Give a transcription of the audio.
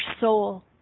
soul